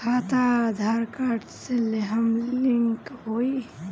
खाता आधार कार्ड से लेहम लिंक होई?